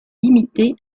limité